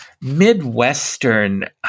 Midwestern